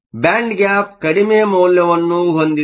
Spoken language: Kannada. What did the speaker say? ಬ್ಯಾಂಡ್ ಗ್ಯಾಪ್ ಕಡಿಮೆ ಮೌಲ್ಯವನ್ನು ಹೊಂದಿದೆ